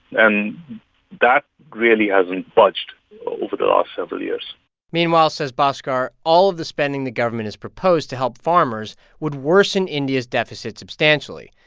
and that really hasn't budged over the last several years meanwhile, says bhaskar, all of the spending the government has proposed to help farmers would worsen india's deficit substantially.